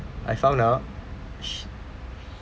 I found out she